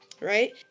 right